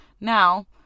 now